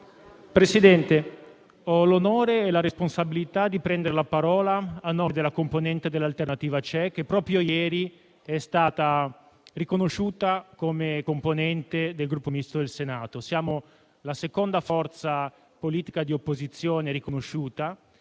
Presidente, ho l'onore e la responsabilità di prendere la parola a nome della componente l'Alternativa c'è, che proprio ieri è stata riconosciuta come componente del Gruppo Misto del Senato. Siamo la seconda forza politica di opposizione riconosciuta,